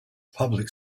public